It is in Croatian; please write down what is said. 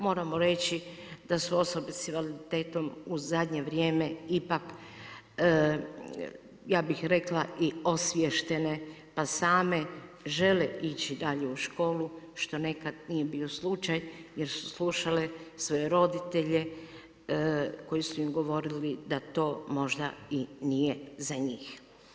Moramo reći da su osobe s invaliditetom u zadnje vrijeme ipak i osviještene pa same žele ići dalje u školu, što nekada nije bio slučaj jer su slušale svoje roditelje koji su im govorili da to možda i nije za njih.